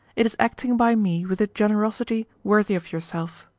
it is acting by me with a generosity worthy of yourself.